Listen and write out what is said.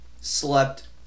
slept